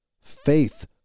Faith